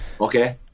Okay